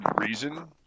reason